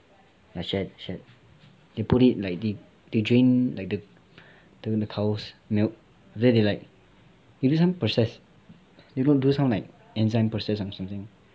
a shed shed they put it like they drink like the the the cow's milk thrn they like is this one processed they don't do some like enzyme process or something